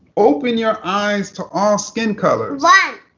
open your eyes to all skin colors.